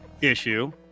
issue